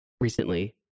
recently